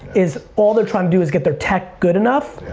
is all they're trying to do is get their tech good enough.